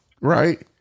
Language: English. Right